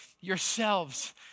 yourselves